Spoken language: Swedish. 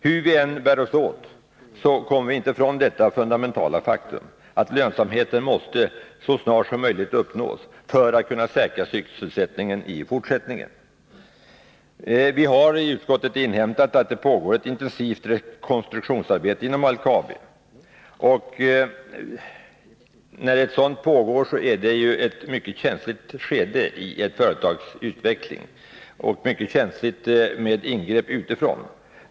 Hur vi än bär oss åt, kommer vi inte från det fundamentala faktum att lönsamhet så snart som möjligt måste uppnås om sysselsättningen i fortsättningen skall kunna säkras. I utskottet har vi inhämtat att det pågår ett intensivt rekonstruktionsarbete inom LKAB. Företaget är således inne i ett mycket känsligt skede. Det är då även mycket känsligt att göra ingrepp utifrån.